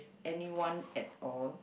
anyone at all